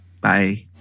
Bye